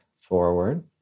Forward